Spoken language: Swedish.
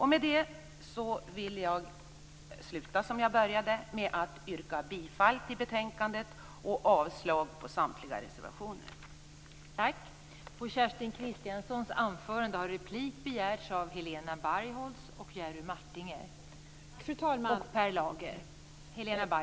Med det vill jag sluta som jag började, med att yrka bifall till hemställan i betänkandet och avslag på samtliga reservationer.